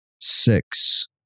six